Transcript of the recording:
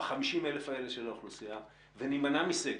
ב-50,000 האלה של האוכלוסייה ונמנע מסגר,